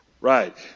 Right